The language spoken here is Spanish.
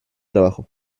trabajo